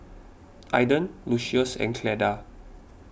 Aiden Lucious and Cleda